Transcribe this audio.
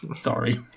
Sorry